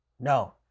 No